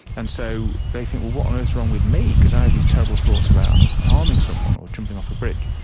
and so they think, well, what on earth is wrong with me because i have these terrible thoughts about harming someone or jumping off a bridge.